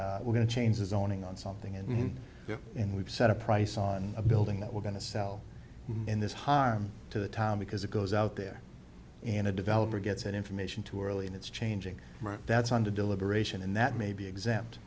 the we're going to change his own ing on something in there and we've set a price on a building that we're going to sell in this harm to the town because it goes out there and a developer gets that information too early and it's changing that's under deliberation and that may be exempt